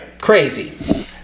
Crazy